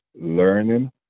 learning